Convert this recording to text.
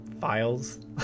files